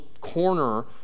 corner